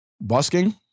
busking